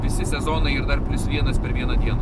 visi sezonai ir dar plius vienas per vieną dieną